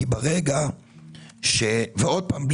ועוד פעם,